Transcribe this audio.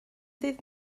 ddydd